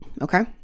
Okay